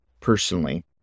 personally